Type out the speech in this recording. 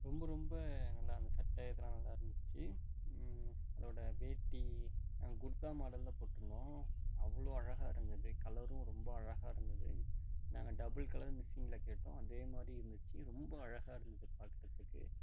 ரொம்ப ரொம்ப இந்த அந்த சட்டை இதலான் நல்லாருந்துச்சு அதோட வேட்டி குர்தா மாடலில் போட்யிருந்தோம் அவ்வளோ அழகாக இருந்துது கலரும் ரொம்ப அழகாக இருந்துது நாங்கள் டபுள் கலர் மிக்சிங்கில கேட்டோம் அதே மாதிரி இருந்திச்சு ரொம்ப அழகாக இருந்துது பார்க்குறதுக்கு